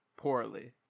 poorly